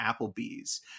Applebee's